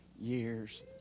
years